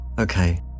Okay